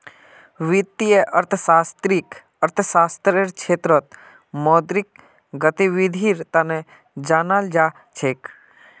वित्तीय अर्थशास्त्ररक अर्थशास्त्ररेर क्षेत्रत मौद्रिक गतिविधीर तना जानाल जा छेक